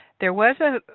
there was a